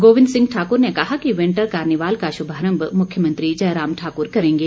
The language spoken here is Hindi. गोविंद सिंह ठाकुर ने कहा विंटर कार्निवल का शुभारम्भ मुख्यमंत्री जयराम ठाकुर करेंगे